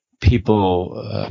people